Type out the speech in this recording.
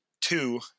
two